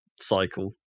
cycle